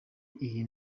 iyi